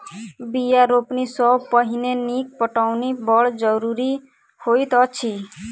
बीया रोपनी सॅ पहिने नीक पटौनी बड़ जरूरी होइत अछि